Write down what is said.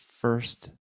first